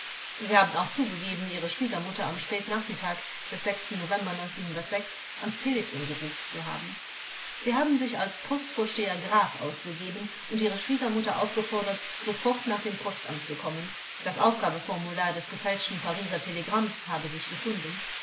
sie haben auch zugegeben ihre schwiegermutter am spätnachmittag des ans telephon gerufen zu haben sie haben sich als postvorsteher graf ausgegeben und ihre schwiegermutter aufgefordert sofort nach dem postamt zu kommen das aufgabeformular des gefälschten pariser telegramms habe sich gefunden